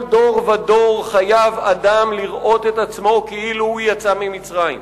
דור ודור חייב אדם לראות את עצמו כאילו הוא יצא ממצרים"?